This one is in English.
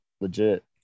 legit